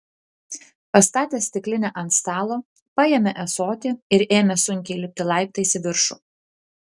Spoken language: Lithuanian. pastatęs stiklinę ant stalo paėmė ąsotį ir ėmė sunkiai lipti laiptais į viršų